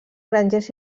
grangers